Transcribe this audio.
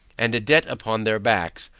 and a debt upon their backs,